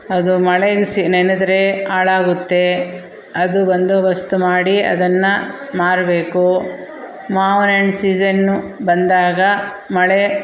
ಅದು ಮಳೆ ನೆನೆದರೆ ಹಾಳಾಗುತ್ತೆ ಅದು ಬಂದೋಬಸ್ತ್ ಮಾಡಿ ಅದನ್ನು ಮಾರಬೇಕು ಮಾವನಣ್ ಸೀಸನ್ನು ಬಂದಾಗ ಮಳೆ